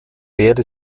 werde